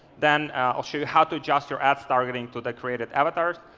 then i'll show you how to adjust your ads targeting to the created avatars,